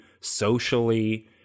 socially